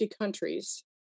countries